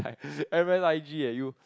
M_S_I_G eh you